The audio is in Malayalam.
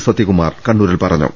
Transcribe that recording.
സത്യകുമാർ കണ്ണൂരിൽ പറഞ്ഞു